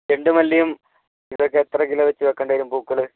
ചെണ്ടുമല്ലിയും ഇതൊക്കെ എത്ര കിലോ വെച്ച് വെക്കേണ്ടി വരും പൂക്കൾ